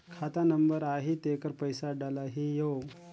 खाता नंबर आही तेकर पइसा डलहीओ?